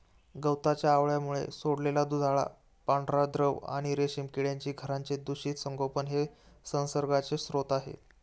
गवताच्या अळ्यांमुळे सोडलेला दुधाळ पांढरा द्रव आणि रेशीम किड्यांची घरांचे दूषित संगोपन हे संसर्गाचे स्रोत आहे